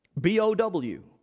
B-O-W